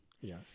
Yes